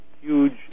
huge